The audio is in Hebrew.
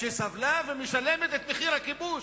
שסבלה ומשלמת את מחיר הכיבוש,